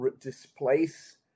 displace